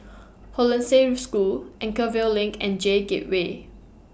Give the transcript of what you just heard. Hollandse School Anchorvale LINK and J Gateway